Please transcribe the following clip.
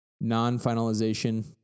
Non-finalization